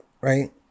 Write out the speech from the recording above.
right